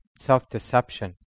self-deception